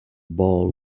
ball